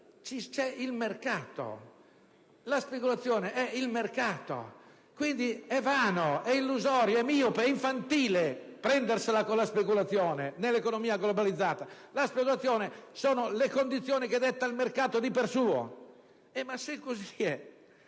C'è il mercato. La speculazione è il mercato; quindi, è vano, è illusorio, è miope ed infantile prendersela con la speculazione nell'economia globalizzata: la speculazione sono le condizioni che detta di per sé il mercato. Ma se così è,